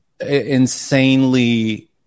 insanely